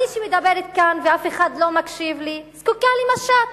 אני שמדברת כאן ואף אחד לא מקשיב לי, זקוקה למשט